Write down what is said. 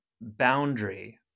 boundary